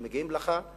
שמגיעות לך.